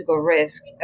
risk